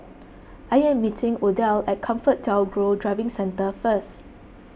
I am meeting Odile at ComfortDelGro Driving Centre first